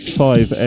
five